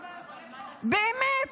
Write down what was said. באמת,